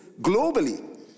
globally